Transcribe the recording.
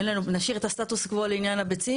נשאיר את הסטטוס קוו לעניין הביצים,